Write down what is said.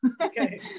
Okay